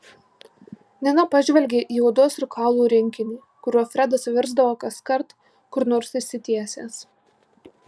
nina pažvelgė į odos ir kaulų rinkinį kuriuo fredas virsdavo kaskart kur nors išsitiesęs